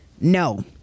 no